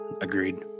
agreed